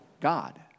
God